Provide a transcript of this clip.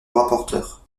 rapporteur